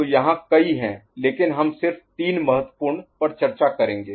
तो यहाँ कई हैं लेकिन हम सिर्फ तीन महत्वपूर्ण पर चर्चा करेंगे